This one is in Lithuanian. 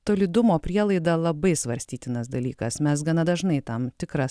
tolydumo prielaida labai svarstytinas dalykas mes gana dažnai tam tikrą